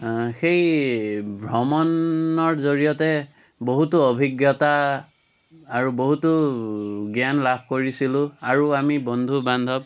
সেই ভ্ৰমণৰ জৰিয়তে বহুতো অভিজ্ঞতা আৰু বহুতো জ্ঞান লাভ কৰিছিলোঁ আৰু আমি বন্ধু বান্ধৱ